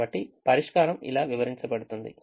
కాబట్టి పరిష్కారం ఇలా వివరించబడుతుంది